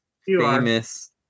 famous